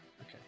okay